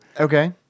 okay